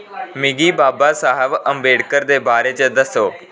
मिगी बाबासाह्ब अम्बेडकर दे बारे च दस्सो